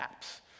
apps